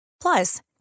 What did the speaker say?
Plus